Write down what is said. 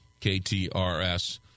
KTRS